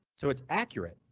so it's accurate.